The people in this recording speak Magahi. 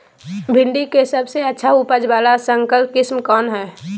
भिंडी के सबसे अच्छा उपज वाला संकर किस्म कौन है?